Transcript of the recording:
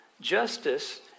Justice